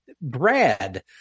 Brad